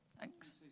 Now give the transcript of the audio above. Thanks